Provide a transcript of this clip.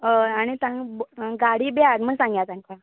हय आनी तांकां गाडी बी हाड म्हण सांगया तांकां